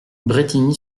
brétigny